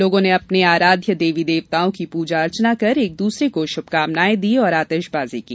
लोगों ने अपने आराध्य देवी देवताओं की पूजा अर्चना कर एक दूसरे को श्भकामनाएं दी और आतिशबाजी की